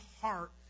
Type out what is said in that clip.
heart